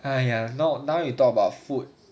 !aiya! now now you talk about food